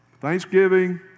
thanksgiving